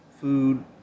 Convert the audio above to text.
Food